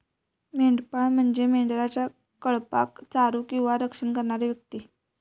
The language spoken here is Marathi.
मेंढपाळ म्हणजे मेंढरांच्या कळपाक चारो किंवा रक्षण करणारी व्यक्ती